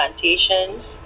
plantations